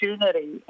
opportunity